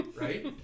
right